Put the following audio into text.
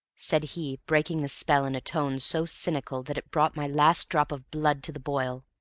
said he, breaking the spell in a tone so cynical that it brought my last drop of blood to the boil.